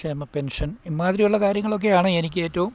ക്ഷേമ പെൻഷൻ ഇമ്മാതിരിയുള്ള കാര്യങ്ങളൊക്കെയാണ് എനിക്കേറ്റവും